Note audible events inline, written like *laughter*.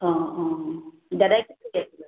অঁ অঁ দাদাই *unintelligible*